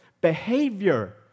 behavior